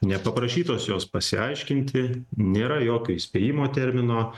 nepaprašytos jos pasiaiškinti nėra jokio įspėjimo termino